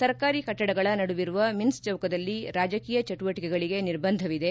ಸರ್ಕಾರಿ ಕಟ್ಟಡಗಳ ನಡುವಿರುವ ಮಿನ್ಸ್ ಚೌಕದಲ್ಲಿ ರಾಜಕೀಯ ಚಟುವಟಿಕೆಗಳಿಗೆ ನಿರ್ಬಂಧವಿದೆ